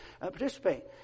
participate